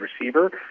receiver